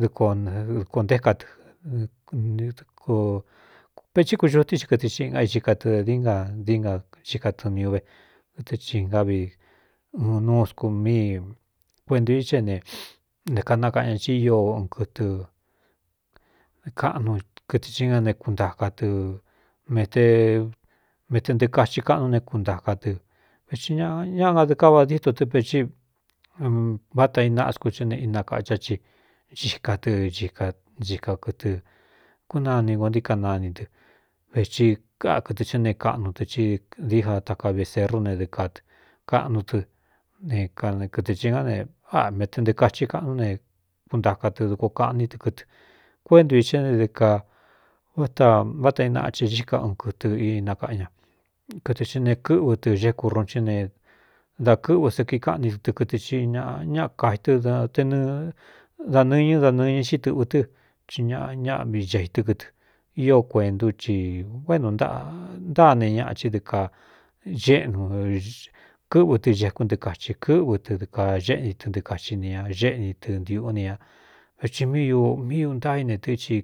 dɨkdɨkuo ntéka tɨpetí kuxutí ti kɨtɨ xiꞌi nga éxika tɨ diínga dinga xhíka tɨni úvé kɨtɨ hi ngá vi uɨn nuu sku mi kuentū i xá é ne nte kanakaꞌan ña í ío n kɨtɨkꞌnukɨtɨ h na ne kuntaka tɨ me mete ntɨɨkaxi kaꞌnú ne kuntaka tɨ veti ñaꞌa ngadɨ káva díto tɨ petí váta inaꞌa sku ɨ ne inakachá ci xhika tɨ hika nchika kɨtɨ kúnani ko nti kanaini tɨ veti kákɨtɨ hɨ ne kaꞌnu tɨ i dií ja taka veserú ne dɨkakaꞌnu tɨ n kɨtɨ ná ne mete ntɨɨkaxhi kaꞌnú ne kuntaka tɨ duko kaꞌní tɨ kɨtɨ kuéntu i xhá ndɨ kaváta váta inaꞌachɨ díka ɨn kɨtɨ inakaꞌa ña kɨtɨ i ne kɨ́ꞌvɨ tɨ xéku ruun cí ne da kɨ́ꞌvɨ sa kii kaꞌní tɨ tɨ kɨtɨ i ñꞌ ñaa kaitɨ te nɨ da nɨñɨ́ da nɨñɨ xíí tɨ̄ꞌvɨ tɨ i ñꞌ ñaꞌvi gēi tɨ́ kɨtɨ io kuentu ci uénu nntáa ne ñaꞌa chi di ka xéꞌnu kɨ́ꞌvɨ tɨ gekú ntɨɨkaxhi kɨ́ꞌvɨ tɨ dɨ ka xéꞌni tɨntɨɨkaxi neña xéꞌni tɨ ntiꞌú ni ña vēthi mí ūu míi ūntâaine tɨxi.